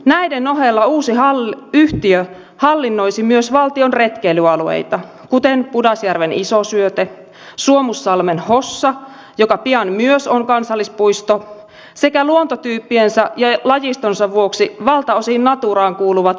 näiden ohella uusi yhtiö hallinnoisi myös valtion retkeilyalueita sellaisia kuin pudasjärven iso syöte suomussalmen hossa joka pian myös on kansallispuisto sekä luontotyyppiensä ja lajistonsa vuoksi valtaosin naturaan kuuluvat evo ja ruunaa